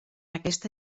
aquesta